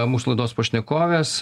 mūsų laidos pašnekovės